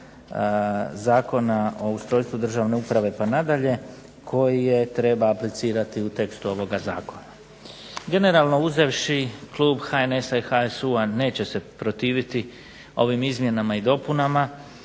Zakona o ustrojstvu državne uprave pa nadalje koji treba aplicirati u tekstu ovoga zakona. Generalno uzevši, klub HNS-a i HSU-a neće se protiviti ovim izmjenama i dopunama